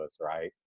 right